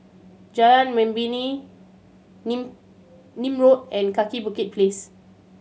Jalan Membina Nim Road and Kaki Bukit Place